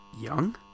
young